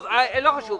לא חשוב,